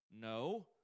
No